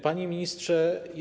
Panie Ministrze!